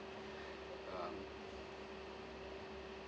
um